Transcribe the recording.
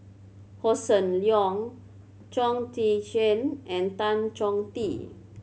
Hossan Leong Chong Tze Chien and Tan Chong Tee